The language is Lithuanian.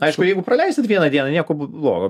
aišku jeigu praleisit vieną dieną nieko b blogo